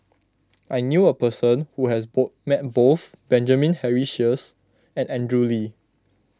I knew a person who has ball met both Benjamin Henry Sheares and Andrew Lee